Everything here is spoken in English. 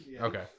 Okay